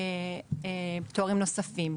לתת פטורים נוספים.